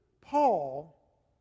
Paul